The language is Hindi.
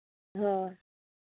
हाँ